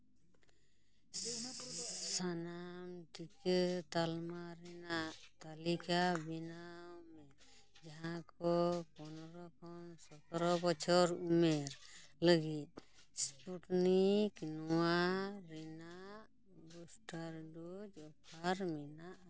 ᱥᱟᱱᱟᱢ ᱴᱤᱠᱟᱹ ᱛᱟᱞᱢᱟ ᱨᱮᱱᱟᱜ ᱛᱟᱹᱞᱤᱠᱟ ᱵᱮᱱᱟᱣ ᱢᱮ ᱡᱟᱦᱟᱸ ᱠᱚ ᱯᱚᱱᱨᱚ ᱠᱷᱚᱱ ᱥᱚᱛᱨᱚ ᱵᱚᱪᱷᱚᱨ ᱩᱢᱮᱨ ᱞᱟᱹᱜᱤᱫ ᱥᱯᱩᱴᱱᱤᱠ ᱱᱚᱣᱟ ᱨᱮᱱᱟᱜ ᱵᱳᱥᱴᱟᱨ ᱰᱳᱡ ᱚᱯᱷᱟᱨ ᱢᱮᱱᱟᱜᱼᱟ